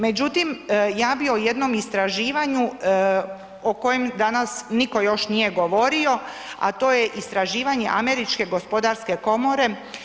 Međutim, ja bih o jednom istraživanju o kojem danas nitko još nije govorio, a to je istraživanje Američke gospodarske komore.